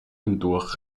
hindurch